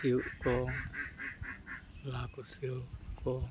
ᱥᱤᱭᱚᱜ ᱠᱚ ᱞᱟᱼᱠᱷᱩᱥᱭᱟᱹᱣ ᱠᱚ